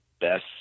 best